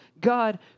God